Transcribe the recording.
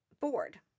board